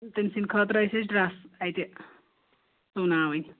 تٔمۍ سٕنٛدِ خٲطرٕ ٲسۍ اسہِ ڈرٛس اَتہِ سُوناوٕنۍ